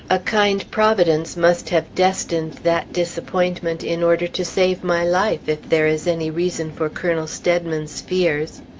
a kind providence must have destined that disappointment in order to save my life, if there is any reason for colonel steadman's fears.